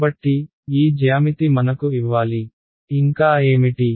కాబట్టి ఈ జ్యామితి మనకు ఇవ్వాలి ఇంకా ఏమిటి